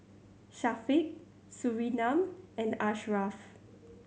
Syafiq Surinam and Ashraff